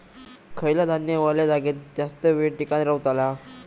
खयला धान्य वल्या जागेत जास्त येळ टिकान रवतला?